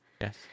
Yes